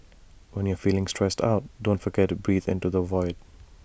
when you are feeling stressed out don't forget to breathe into the void